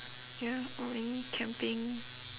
ya or maybe camping